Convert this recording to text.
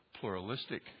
pluralistic